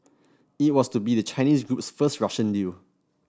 it was to be the Chinese group's first Russian deal